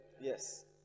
yes